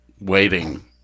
waiting